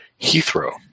Heathrow